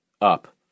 up